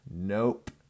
Nope